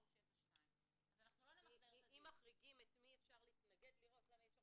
או 7(2). אם מחריגים את מי אפשר להתנגד לראות למה אי אפשר